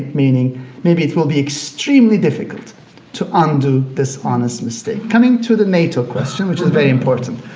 meaning maybe it will be extremely difficult to undo this honest mistake. coming to the nato question, which is very important.